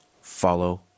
follow